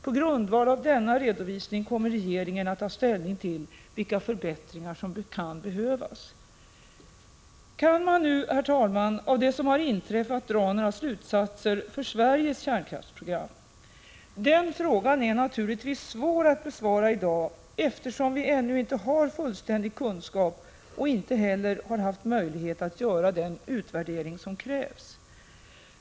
På grundval av denna redovisning kommer regeringen att ta ställning till vilka förbättringar som kan behövas. Kan man nu, herr talman, av det som inträffat dra några slutsatser för Sveriges kärnkraftsprogram? Den frågan är naturligtvis svår att besvara i dag, eftersom vi ännu inte har fullständig kunskap och inte heller har haft möjlighet att göra den utvärdering som krävs.